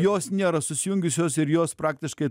jos nėra susijungusios ir jos praktiškai